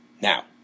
Now